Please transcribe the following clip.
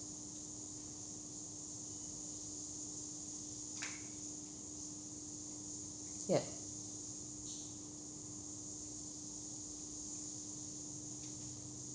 yup